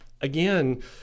again